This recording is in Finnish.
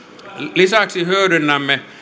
lisäksi hyödynnämme